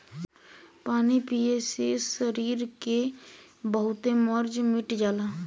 पानी पिए से सरीर के बहुते मर्ज मिट जाला